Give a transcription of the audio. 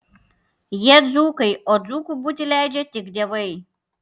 jie dzūkai o dzūku būti leidžia tik dievai